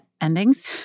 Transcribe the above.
endings